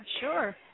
sure